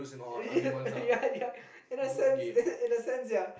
ya ya in a sense in a sense ya